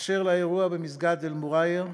באשר לאירוע במסגד אל-מוע'ייר,